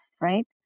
right